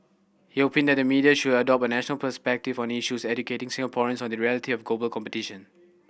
he opined that the media should adopt a national perspective on issues educating Singaporeans on the reality of global competition